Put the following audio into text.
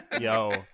Yo